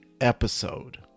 episode